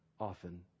often